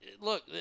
Look